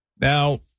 Now